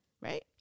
Right